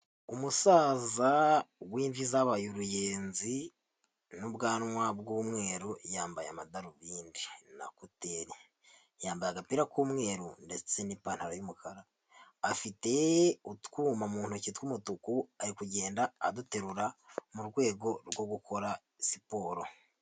Umusaza w'imvi zabaye uruyenzi n'ubwanwa bw'umweru yambaye amadarubindi na koteri, yambaye agapira k'umweru ndetse n'ipantaro y'umukara, afite utwuma mu ntoki tw'umutuku ari kugenda aduterura mu rwego rwo gukora siporo.